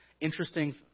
interesting